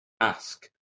ask